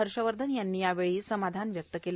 हर्षवर्धन यांनी यावेळी समाधान व्यक्त केलं